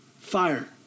Fire